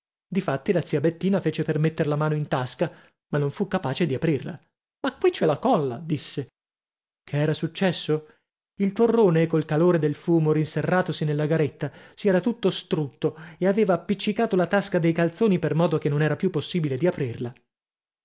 difatti la zia bettina fece per metter la mano in tasca ma non fu capace di aprirla ma qui c'è la colla disse che era successo il torrone col calore del fumo rinserratosi nella garetta si era tutto strutto e aveva appiccicato la tasca dei calzoni per modo che non